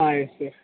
ah yes sir